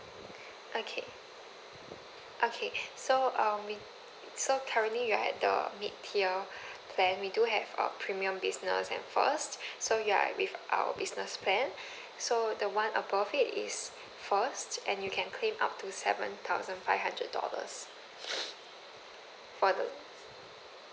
okay okay so uh we so currently you're at the mid-tier plan we do have a premium business and first so you're with our business plan so the one above it is first and you can claim up to seven thousand five hundred dollars for the